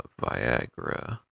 Viagra